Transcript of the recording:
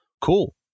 cool